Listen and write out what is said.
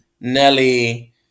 Nelly